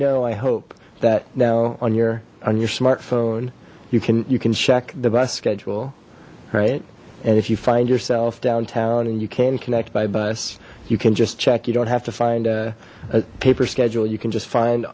know i hope that now on your on your smartphone you can you can check the bus schedule right and if you find yourself downtown and you can connect by bus you can just check you don't have to find a paper schedule you can just find